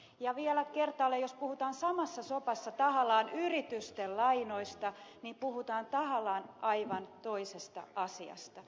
ja vielä kertaalleen jos puhutaan samassa sopassa tahallaan yritysten lainoista niin puhutaan tahallaan aivan toisesta asiasta